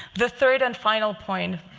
the third and final point,